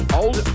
old